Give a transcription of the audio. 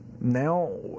now